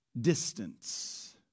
distance